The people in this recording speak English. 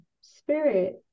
spirit